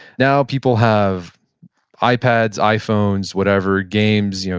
now, people have ipads, iphones, whatever, games, you know